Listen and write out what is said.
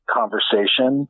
conversation